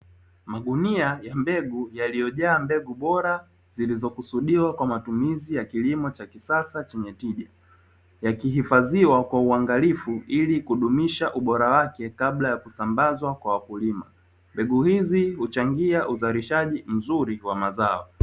Magunia ya mbegu yaliyojaa mbegu bora; zilizokusudiwa kwa matumizi ya kilimo cha kisasa chenye tija, yakihifadhiwa kwa uangalifu ili kudumisha ubora wake kabla ya kusambazwa kwa wakulima. Mbegu hizi huchangia uzalishaji mzuri wa mazao.